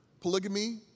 polygamy